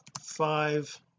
five